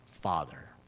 Father